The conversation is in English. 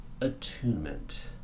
attunement